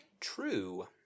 True